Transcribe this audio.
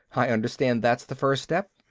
i understand that's the first step.